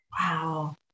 Wow